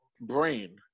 brain